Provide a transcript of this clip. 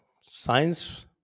science